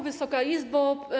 Wysoka Izbo!